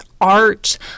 art